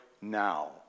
now